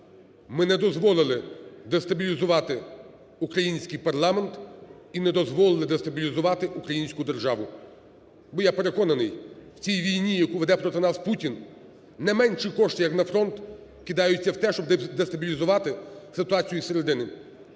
ми не дозволили дестабілізувати український парламент і не дозволили дестабілізувати українську державу. Бо я переконаний, в цій війні, яку веде проти нас Путін, не менші кошти, як на фронт, кидаються в те, щоб дестабілізувати ситуацію зсередини.